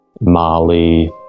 Mali